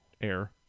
air